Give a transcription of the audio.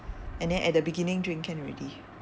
and then at the beginning drink can already